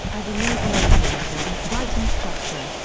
as a naval aviator and flight instructor.